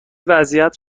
وضعیت